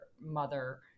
mother